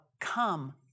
come